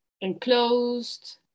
enclosed